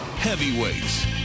heavyweights